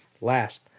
Last